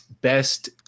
best